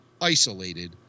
isolated